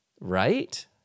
Right